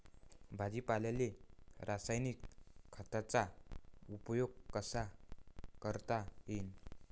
भाजीपाल्याले रासायनिक खतांचा उपयोग कसा करता येईन?